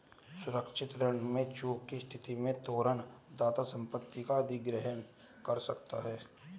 सुरक्षित ऋण में चूक की स्थिति में तोरण दाता संपत्ति का अधिग्रहण कर सकता है